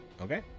okay